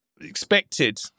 expected